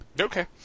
Okay